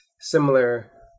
similar